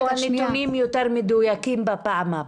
איך יהיו נתונים יותר מדויקים בפעם הבאה?